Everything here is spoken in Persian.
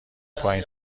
پایین